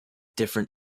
different